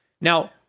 Now